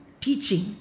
teaching